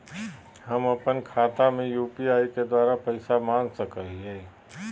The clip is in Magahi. हम अपन खाता में यू.पी.आई के द्वारा पैसा मांग सकई हई?